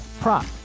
prop